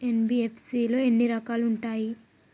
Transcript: NBFC లో ఎన్ని రకాలు ఉంటాయి?